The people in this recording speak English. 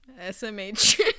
SMH